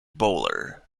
bowler